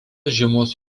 žiemos